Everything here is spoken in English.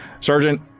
Sergeant